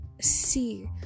see